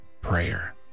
prayer